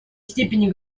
степени